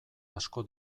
asko